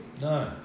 No